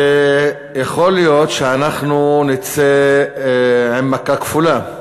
ויכול להיות שאנחנו נצא עם מכה כפולה: